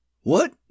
What